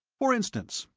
for instance,